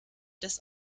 des